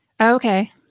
okay